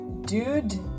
dude